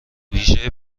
ویژهی